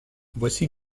voici